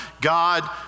God